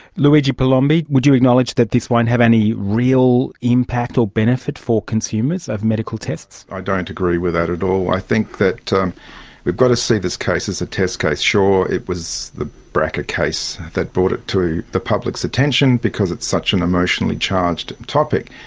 luigi palombi, would you acknowledge that this won't have any real impact or benefit for consumers of medical tests? i don't agree with that at all. i think that we've got to see this case as a test case. sure, it was the brca case that brought it to the public's attention because it's such an emotionally charged topic,